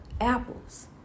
apples